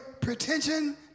pretension